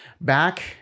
back